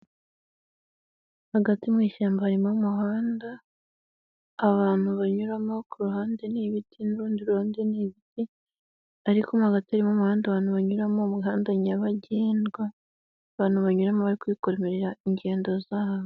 Hagati mu ishyamba harimo umuhanda, abantu banyuramo ku ruhande ni ibiti n'urundi ruhande ni ibiti ariko mo hagati harimo umuhanda abantu banyuramo, umuhanda nyabagendwa, abantu banyura bari kwikorera ingendo zabo.